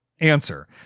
Answer